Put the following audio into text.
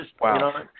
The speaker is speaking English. Wow